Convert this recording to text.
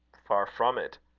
far from it.